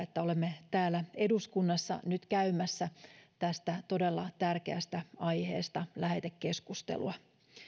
että olemme täällä eduskunnassa nyt käymässä tästä todella tärkeästä aiheesta lähetekeskustelua